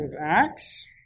Acts